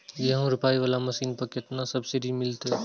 गेहूं रोपाई वाला मशीन पर केतना सब्सिडी मिलते?